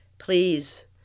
Please